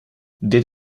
dit